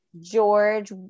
George